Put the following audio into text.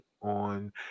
on